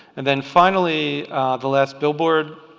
and then finally the last billboard,